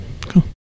cool